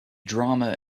drama